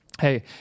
hey